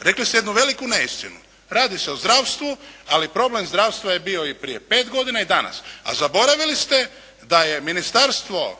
Rekli ste jednu veliku neistinu. Radi se o zdravstvu ali problem zdravstva je bio i prije pet godina i danas a zaboravili ste da je Ministarstvo